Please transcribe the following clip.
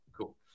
cool